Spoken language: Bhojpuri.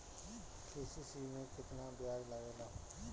के.सी.सी में केतना ब्याज लगेला?